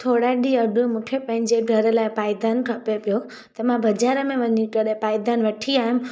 थोरा ॾींहं अॻु मूंखे पंहिंजे घर लाइ पायदानु खपे पियो त मां बाज़ारि में वञी करे पायदानु वठी आयमि